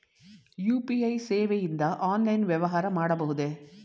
UPI ಸೇವೆಯಿಂದ online ವ್ಯವಹಾರ ಮಾಡಬಹುದೇ?